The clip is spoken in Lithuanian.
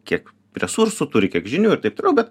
kiek resursų turi kiek žinių ir taip toliau bet